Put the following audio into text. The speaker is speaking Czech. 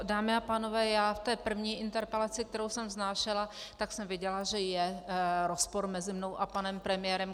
Dámy a pánové, u té první interpelace, kterou jsem vznášela, jsem věděla, že je rozpor mezi mnou a panem premiérem.